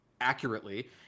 accurately